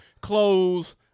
Clothes